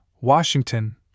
Washington